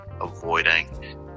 avoiding